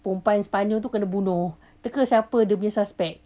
perempuan sepanyol tu kena bunuh teka siapa dia punya suspect